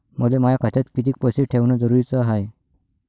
मले माया खात्यात कितीक पैसे ठेवण जरुरीच हाय?